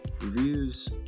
reviews